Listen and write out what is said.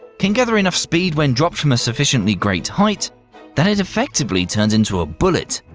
can gather enough speed when dropped from a sufficiently great height that it effectively turns into a bullet,